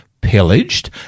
pillaged